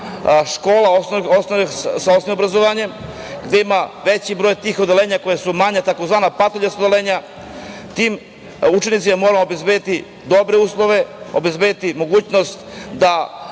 škola, sa osnovnim obrazovanjem, gde ima veći broj tih odeljenja, koja su manja, tzv. patuljasta odeljenja, tim učenicima moramo obezbediti dobre uslove, obezbediti mogućnost da